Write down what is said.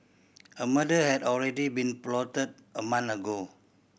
a murder had already been plotted a month ago